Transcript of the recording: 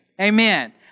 Amen